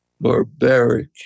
barbaric